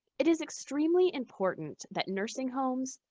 it is extremely important that nursing homes,